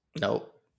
Nope